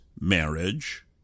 marriage